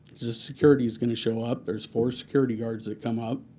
the security is going to show up. there's four security guards that come up.